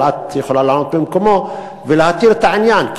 אבל את יכולה לענות במקומו ולהתיר את העניין?